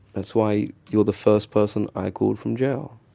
that's why you're the first person i called from jail.